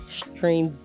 stream